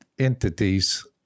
entities